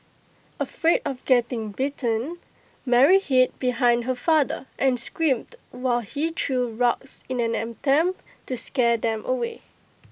afraid of getting bitten Mary hid behind her father and screamed while he threw rocks in an attempt to scare them away